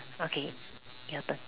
okay your turn